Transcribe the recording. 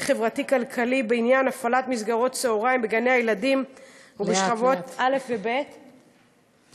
חברתי-כלכלי בעניין הפעלת מסגרות צהריים בגני-הילדים ובשכבות א' וב' לאט,